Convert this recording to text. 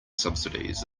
subsidies